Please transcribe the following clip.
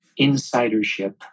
insidership